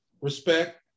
respect